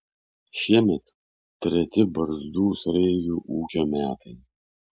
šiemet treti barzdų sraigių ūkio metai